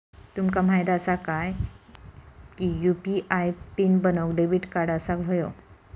तुमका माहित असा काय की यू.पी.आय पीन बनवूक डेबिट कार्ड असाक व्हयो